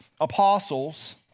apostles